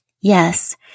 Yes